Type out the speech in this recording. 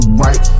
right